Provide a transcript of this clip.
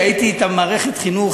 כשהייתי אתם במערכת החינוך,